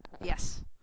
Yes